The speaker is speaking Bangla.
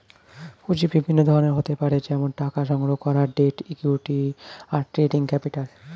পুঁজি বিভিন্ন ধরনের হতে পারে যেমন টাকা সংগ্রহণ করা, ডেট, ইক্যুইটি, আর ট্রেডিং ক্যাপিটাল